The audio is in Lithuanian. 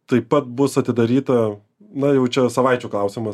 taip pat bus atidaryta na jau čia savaičių klausimas